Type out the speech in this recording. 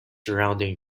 surrounding